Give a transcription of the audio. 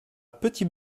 petit